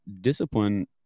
discipline